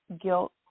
guilt